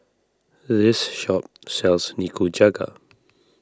this shop sells Nikujaga